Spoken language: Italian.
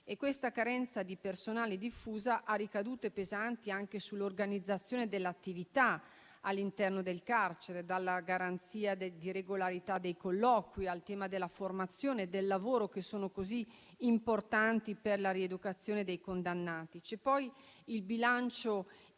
E questa carenza di personale diffusa ha ricadute pesanti anche sull'organizzazione dell'attività all'interno del carcere, dalla garanzia di regolarità dei colloqui al tema della formazione e del lavoro, che sono così importanti per la rieducazione dei condannati. Vi è poi il bilancio impietoso